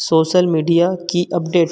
social media की update